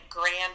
grand